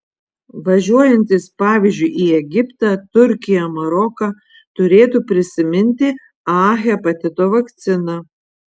važiuojantys pavyzdžiui į egiptą turkiją maroką turėtų prisiminti a hepatito vakciną